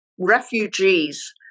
refugees